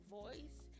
voice